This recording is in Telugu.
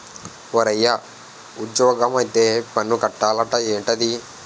ఓరయ్యా ఉజ్జోగమొత్తే పన్ను కట్టాలట ఏట్రది